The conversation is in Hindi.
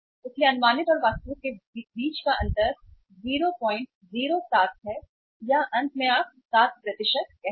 इसलिए अनुमानित और वास्तविक के बीच का अंतर 007 है या अंत में आप 7 कह सकते हैं